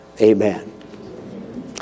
Amen